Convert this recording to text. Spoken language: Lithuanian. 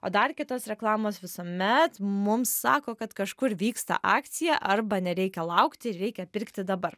o dar kitos reklamos visuomet mums sako kad kažkur vyksta akcija arba nereikia laukti reikia pirkti dabar